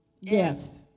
Yes